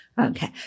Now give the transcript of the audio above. Okay